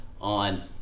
on